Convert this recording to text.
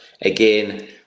again